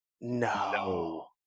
no